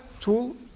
tool